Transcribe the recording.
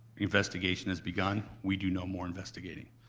investigation has begun, we do no more investigating,